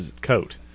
coat